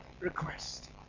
request